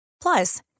Plus